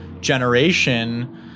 generation